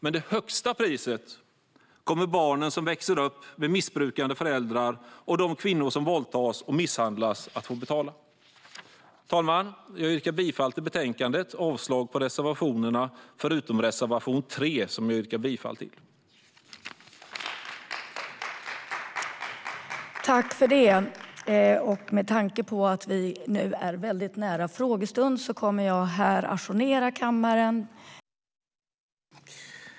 Men det högsta priset kommer barnen som växer upp med missbrukande föräldrar och de kvinnor som våldtas och misshandlas att få betala. Fru talman! Jag yrkar bifall till utskottets förslag i betänkandet och avslag på reservationerna förutom reservation 3, som jag yrkar bifall till.